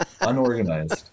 unorganized